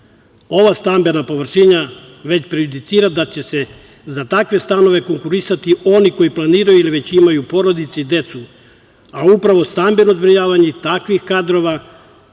Ova stambena površina već prejudicira da će za takve stanove konkurisati oni koji planiraju ili već imaju porodice i decu, a upravo stambeno zbrinjavanje takvih kadrova